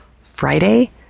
Friday